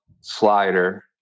slider